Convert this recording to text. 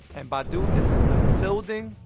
and badu is in the building.